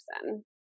person